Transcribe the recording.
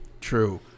True